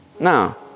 Now